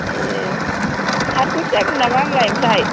ए' हारसिंसो जागोन नामा आंलाय आमफ्राय